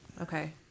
Okay